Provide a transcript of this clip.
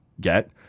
get